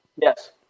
Yes